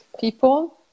People